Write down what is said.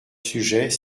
sujet